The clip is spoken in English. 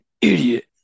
idiot